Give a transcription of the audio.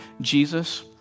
Jesus